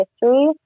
History